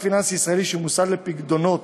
מוסד פיננסי ישראלי שהוא מוסד לפיקדונות,